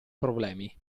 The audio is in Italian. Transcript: problemi